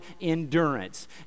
endurance